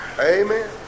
Amen